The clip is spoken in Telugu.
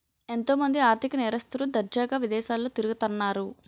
ఎంతో మంది ఆర్ధిక నేరస్తులు దర్జాగా విదేశాల్లో తిరుగుతన్నారు